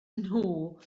nhw